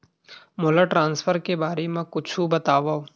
मोला ट्रान्सफर के बारे मा कुछु बतावव?